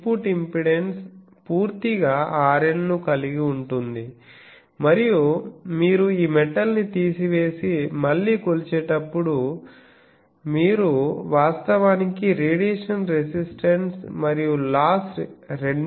ఇది input impedance పూర్తిగా RL ను కలిగి ఉంటుంది మరియు మీరు ఈ మెటల్ని తీసివేసి మళ్ళీ కొలిచేటప్పుడు మీరు వాస్తవానికి రేడియేషన్ రెసిస్టన్స్ మరియు లాస్ రెండింటినీ కనుగొంటారు